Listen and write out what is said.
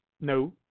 no